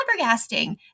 flabbergasting